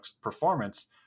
performance